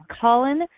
Colin